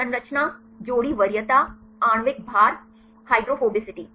संरचना जोड़ी वरीयता आणविक भार हाइड्रोफोबिसिटी